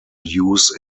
use